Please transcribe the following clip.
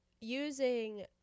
using